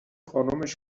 خانومش